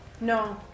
no